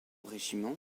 régiment